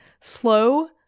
slow